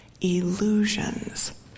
illusions